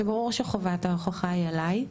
שברור שחובת ההוכחה היא עליי,